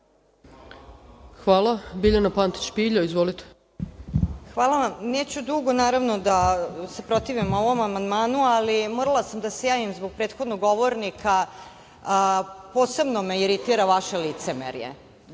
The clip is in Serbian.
**Biljana Pantić Pilja** Hvala vam. Neću dugo. Naravno da se protivim ovom amandmanu, ali morala sam da se javim zbog prethodnog govornika. Posebno me iritira vaše licemerje,